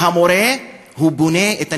הוא אמר בערבית,